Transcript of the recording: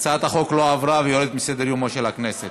ההצעה להסיר מסדר-היום את הצעת